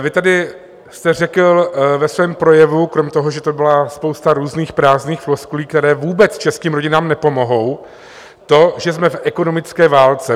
Vy tedy jste řekl ve svém projevu, kromě toho, že to byla spousta různých prázdných floskulí, které vůbec českým rodinám nepomohou, to, že jsme v ekonomické válce.